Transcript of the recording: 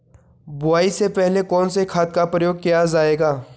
बुआई से पहले कौन से खाद का प्रयोग किया जायेगा?